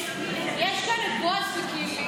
יש כאן את בועז וקינלי.